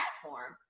platform